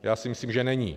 Já si myslím, že není.